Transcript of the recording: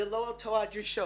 אלה לא אותן הדרישות,